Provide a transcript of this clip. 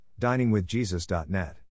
DiningWithJesus.net